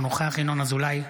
אינו נוכח ינון אזולאי,